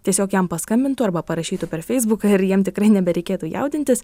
tiesiog jam paskambintų arba parašytų per feisbuką ir jiem tikrai nebereikėtų jaudintis